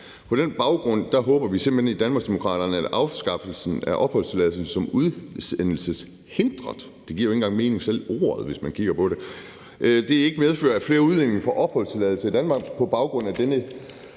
På den baggrund håber vi i Danmarksdemokraterne, at afskaffelsen af opholdstilladelse som udsendelseshindret – selve ordet giver jo ikke engang mening, hvis man kigger på det – ikke medfører, at flere udlændinge får opholdstilladelse i Danmark